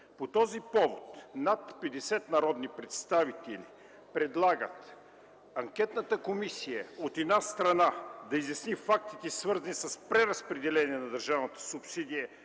По този повод над 50 народни представители предлагат анкетната комисия, от една страна, да изясни фактите, свързани с преразпределение на държавната субсидия